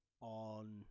on